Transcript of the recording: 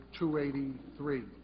283